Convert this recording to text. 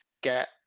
get